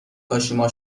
کاشیما